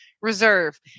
reserve